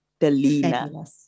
Delina